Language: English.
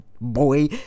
boy